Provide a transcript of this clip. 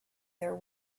their